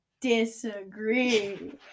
disagree